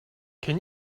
can